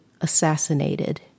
assassinated